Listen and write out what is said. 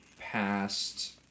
past